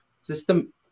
system